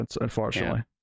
unfortunately